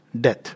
death